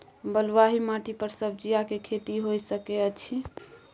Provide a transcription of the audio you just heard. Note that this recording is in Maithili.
बलुआही माटी पर सब्जियां के खेती होय सकै अछि?